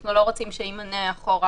אנחנו לא רוצים שימנה אחורה